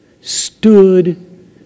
stood